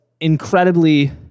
incredibly